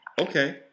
okay